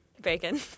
Bacon